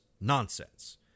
nonsense